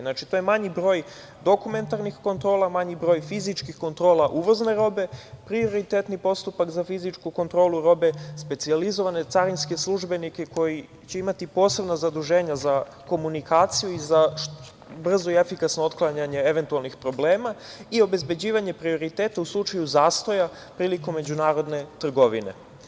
Znači, to je manji broj dokumentarnih kontrola, manji broj fizičkih kontrola uvozne robe, prioritetni postupak za fizičku kontrolu robe, specijalizovane carinske službenike koji će imati posebna zaduženja za komunikaciju i za brzo i efikasno otklanjanje eventualnih problema i obezbeđivanje prioriteta u slučaju zastoja prilikom međunarodne trgovine.